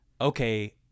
okay